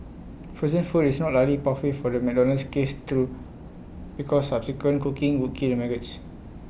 frozen food is not likely pathway for the McDonald's case through because subsequent cooking would kill maggots